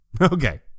Okay